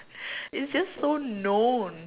it's just so known